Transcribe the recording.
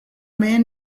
man